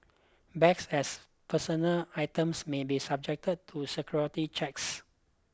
bags as personal items may be subjected to security checks